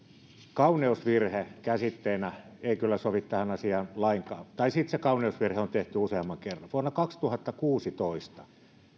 kauneusvirhe käsitteenä ei kyllä sovi tähän asiaan lainkaan tai sitten se kauneusvirhe on on tehty useamman kerran vuonna kaksituhattakuusitoista